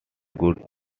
good